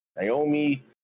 Naomi